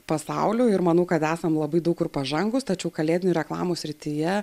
pasauliu ir manau kad esam labai daug kur pažangūs tačiau kalėdinių reklamų srityje